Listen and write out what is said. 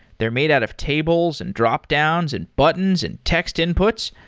they're made out of tables, and dropdowns, and buttons, and text inputs.